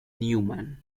newman